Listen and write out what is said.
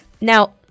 Now